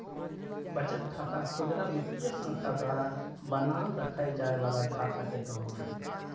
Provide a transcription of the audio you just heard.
बचत खाता खुदरा वित्तीय संस्था द्वारा बनाल रखय जाय वला खाता के कहो हइ